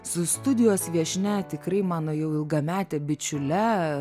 su studijos viešnia tikrai mano jau ilgamete bičiule